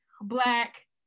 black